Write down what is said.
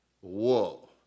Whoa